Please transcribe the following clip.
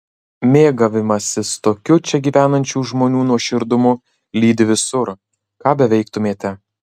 mėgavimasis tokiu čia gyvenančių žmonių nuoširdumu lydi visur ką beveiktumėte